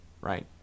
right